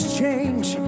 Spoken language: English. change